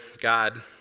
God